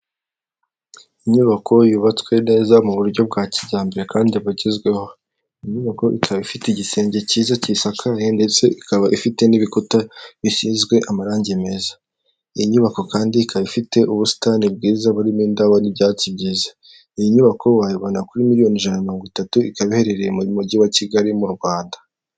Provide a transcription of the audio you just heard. Inyubako yubatswe neza mu buryo bwa kijyambere kandi bugezweho, inyubako ikaba ifite igisenge cyiza kiyisakaye ndetse ikaba ifite n'ibikuta bisizwe amarangi meza, iyi nyubako kandi ikaba ifite ubusitani bwiza burimo indabo n'ibyatsi byiza, iyi nyubako wayibona kuri miliyoni ijana mirongo itatu ikaba iherereye mu mujyi wa Kigali mu Rwanda.